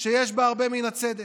שיש בה הרבה מן הצדק.